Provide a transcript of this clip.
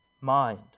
mind